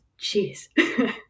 Jeez